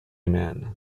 man